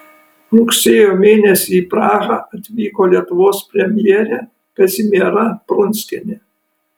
rugsėjo mėnesį į prahą atvyko lietuvos premjerė kazimiera prunskienė